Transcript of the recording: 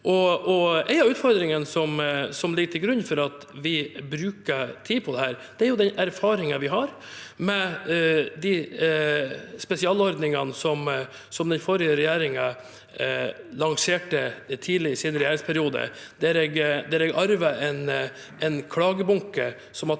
En av utfordringene som ligger til grunn for at vi bruker tid på dette, er den erfaringen vi har med de spesialordningene som den forrige regjeringen lanserte tidlig i sin regjeringsperiode. Der arvet jeg en klagebunke som har